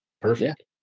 Perfect